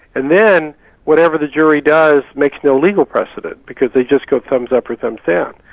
and then whatever the jury does makes no legal precedent, because they just go thumbs-up or thumbs-down.